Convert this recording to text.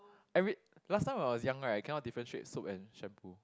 every last time when I was young right I cannot differentiate soap and shampoo